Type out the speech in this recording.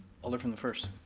alder from the first.